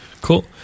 Cool